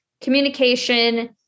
communication